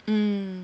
mm